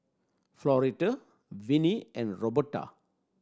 Floretta Winnie and Roberta